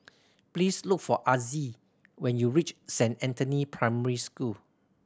please look for Azzie when you reach Saint Anthony Primary School